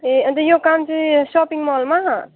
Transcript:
ए अन्त यो काम चाहिँ सपिङ मलमा